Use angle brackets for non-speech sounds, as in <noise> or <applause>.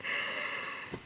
<breath>